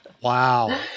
Wow